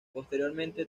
posteriormente